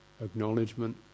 Acknowledgement